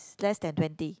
less than twenty